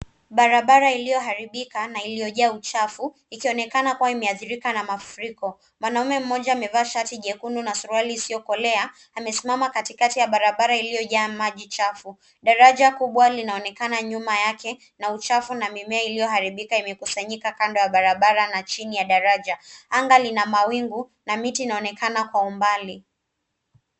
Barabara iliyoharibika na iliyojaa uchafu ikionekana kuwa imeadhirika na mafuriko. Mwanaume mmoja amevaa shati jekundu na suruali isiyokolea amesimama katikati ya barabara iliyojaa maji chafu. Daraja kubwa linaonekana nyuma yake na uchafu na mimea iliyoharibika imekusanyika kando ya barabara na chini ya daraja. Anga lina mawingu na miti inaonekana kwa umbali.